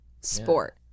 sport